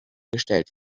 gestellt